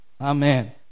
Amen